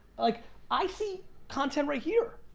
like i see content right here.